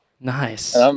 Nice